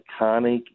iconic